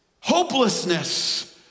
Hopelessness